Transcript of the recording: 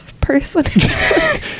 person